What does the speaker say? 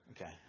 okay